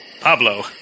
Pablo